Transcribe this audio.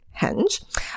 Henge